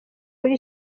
muri